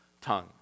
tongue